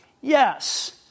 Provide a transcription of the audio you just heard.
Yes